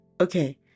Okay